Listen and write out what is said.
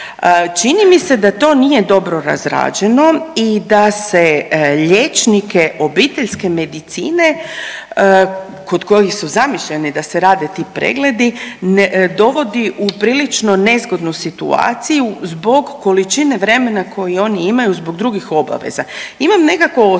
čini mi se da to nije dobro razrađeno i da se liječnike obiteljske medicine kod kojih su zamišljeni da se rade ti pregledi dovodi u prilično nezgodnu situaciju zbog količine vremena koju oni imaju zbog drugih obaveza. Imam nekako osjećaj